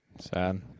Sad